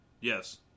Yes